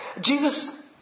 Jesus